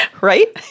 right